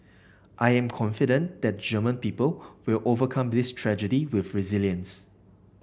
I am confident that the German people will overcome this tragedy with resilience